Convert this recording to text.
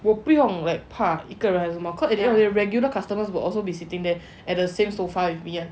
不用 like 怕一个人什么 because the regular customers will also be sitting there at the same sofa with me [one]